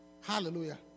Hallelujah